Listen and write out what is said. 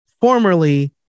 formerly